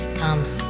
comes